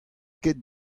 ket